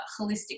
holistic